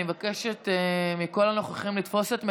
אני מבקשת מכל הנוכחים לתפוס את מקומם.